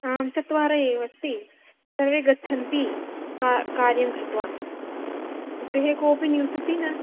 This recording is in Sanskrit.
आम् चत्वारः एव अस्ति सर्वे गच्छन्ति का कार्यं कृत्वा गृहे कोऽपि निवसति न